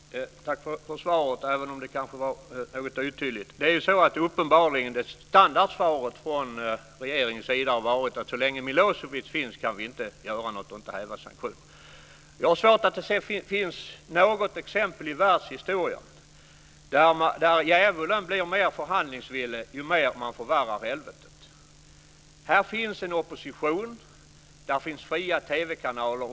Fru talman! Tack för svaret, även om det kanske var något otydligt. Standardsvaret från regeringens sida har varit att så länge Milosevic finns kan sanktionerna inte hävas. Jag har svårt att se att det finns något exempel i världshistorien där djävulen blivit mer förhandlingsvillig ju mer förvärrat helvetet blivit. Där finns en opposition, där finns fria TV-kanaler.